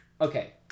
okay